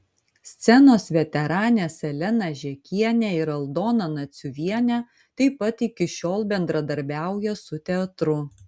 scenos veteranės elena žekienė ir aldona naciuvienė taip pat iki šiol bendradarbiauja su teatru